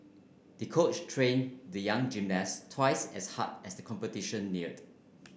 the coach trained the young gymnast twice as hard as the competition neared